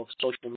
social